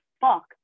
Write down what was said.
fuck